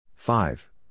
Five